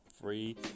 free